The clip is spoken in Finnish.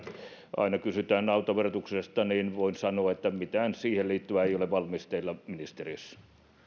aina kysytään autoverotuksesta niin voin sanoa että mitään siihen liittyvää ei ole valmisteilla ministeriössä